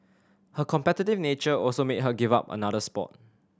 her competitive nature also made her give up another sport